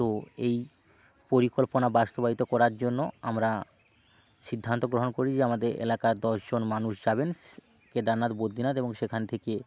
তো এই পরিকল্পনা বাস্তবায়িত করার জন্য আমরা সিদ্ধান্ত গ্রহণ করেছি যে আমাদের এলাকার দশ জন মানুষ যাবেন কেদারনাথ বদ্রিনাথ এবং সেখান থেকে